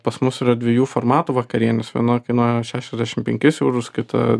pas mus yra dviejų formatų vakarienės viena kainuoja šešiasdešim penkis eurus kita